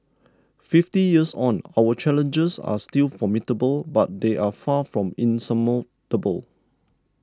fifty years on our challenges are still formidable but they are far from insurmountable